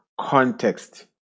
context